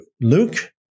luke